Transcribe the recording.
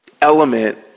element